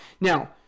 Now